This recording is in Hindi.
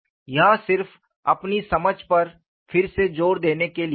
यह सिर्फ अपनी समझ पर फिर से जोर देने के लिए है